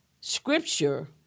scripture